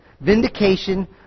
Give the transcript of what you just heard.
vindication